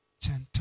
gentle